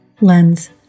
lens